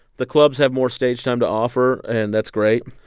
the clubs have more stage time to offer, and that's great.